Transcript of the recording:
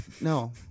no